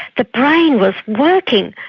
the brain was working.